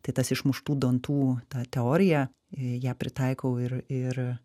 tai tas išmuštų dantų ta teorija ją pritaikau ir ir